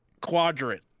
Quadrant